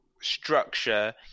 structure